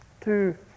Two